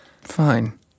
Fine